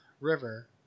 River